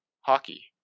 hockey